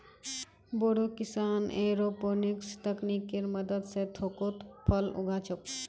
बोरो किसान एयरोपोनिक्स तकनीकेर मदद स थोकोत फल उगा छोक